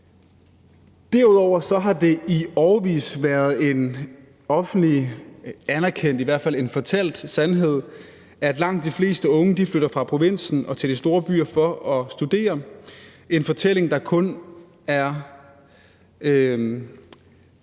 anerkendt, i hvert fald en fortalt sandhed, at langt de fleste unge flytter fra provinsen og til de store byer for at studere – en fortælling, der er